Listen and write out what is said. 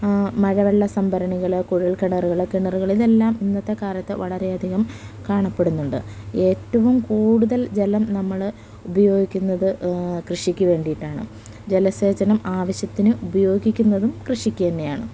മഴവെള്ള സംഭരണികൾ കുഴൽക്കിണറുകൾ കിണറുകൾ ഇതെല്ലാം ഇന്നത്തെക്കാലത്ത് വളരെയധികം കാണപ്പെടുന്നുണ്ട് ഏറ്റവും കൂടുതൽ ജലം നമ്മൾ ഉപയോഗിക്കുന്നത് കൃഷിയ്ക്ക് വേണ്ടിയിട്ടാണ് ജലസേചനം ആവശ്യത്തിന് ഉപയോഗിക്കുന്നതും കൃഷിയ്ക്ക് തന്നെയാണ്